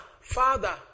father